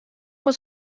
was